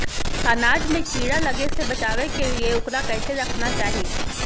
अनाज में कीड़ा लगे से बचावे के लिए, उकरा कैसे रखना चाही?